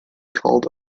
called